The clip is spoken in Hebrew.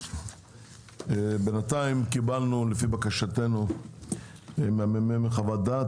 בינתיים קיבלנו לבקשתנו מהממ"מ חוות דעת.